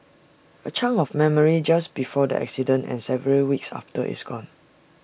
A chunk of memory just before the accident and several weeks after is gone